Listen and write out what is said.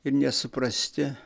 ir nesuprasti